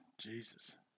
jesus